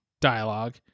dialogue